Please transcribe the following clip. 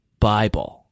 Bible